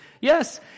Yes